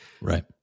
Right